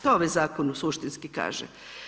To ovaj zakon suštinski kaže.